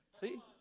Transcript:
See